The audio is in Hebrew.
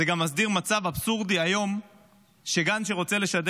זה גם מסדיר מצב אבסורדי היום שגן שרוצה לשדר